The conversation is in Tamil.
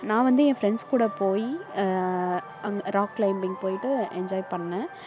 நான் வந்து என் ஃப்ரெண்ட்ஸுக்கூட போய் அங்கே ராக் க்ளைம்பிங் போய்விட்டு என்ஜாய் பண்ணேன்